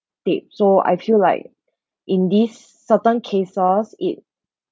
tape so I feel like in this certain cases it